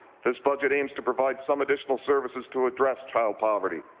this budget aims to provide some additional services to address child poverty.